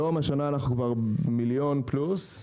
השנה אנחנו כבר במיליון פלוס.